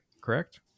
correct